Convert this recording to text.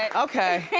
and okay,